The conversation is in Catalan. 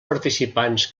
participants